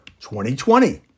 2020